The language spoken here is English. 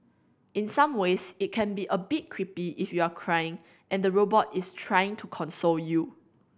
in some ways it can be a bit creepy if you're crying and the robot is trying to console you